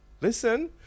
listen